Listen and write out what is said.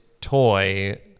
toy